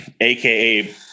AKA